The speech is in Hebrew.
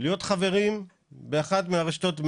להיות חברים באחת הרשתות,